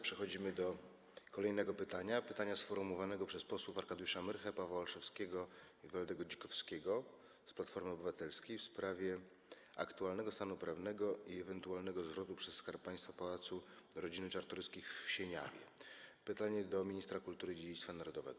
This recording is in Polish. Przechodzimy do kolejnego pytania, sformułowanego przez posłów Arkadiusza Myrchę, Pawła Olszewskiego i Waldy Dzikowskiego z Platformy Obywatelskiej, w sprawie aktualnego stanu prawnego i ewentualnego zwrotu przez Skarb Państwa pałacu rodziny Czartoryskich w Sieniawie - do ministra kultury i dziedzictwa narodowego.